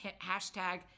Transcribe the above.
hashtag